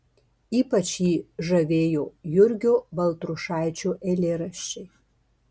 ypač jį žavėjo jurgio baltrušaičio eilėraščiai